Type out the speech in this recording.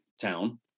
town